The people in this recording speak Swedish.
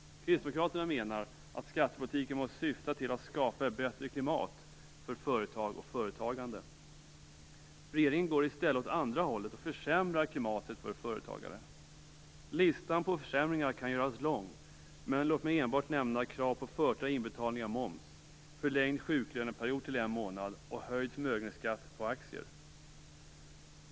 Kristdemokraterna menar att skattepolitiken måste syfta till att skapa ett bättre klimat för företag och företagande. Regeringen går i stället åt andra hållet och försämrar klimatet för företagare. Listan på försämringar kan göras lång, men låt mig enbart nämna krav på förtida inbetalning av moms, förlängd sjuklöneperiod till en månad och höjd förmögenhetsskatt på aktier.